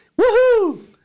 Woohoo